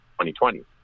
2020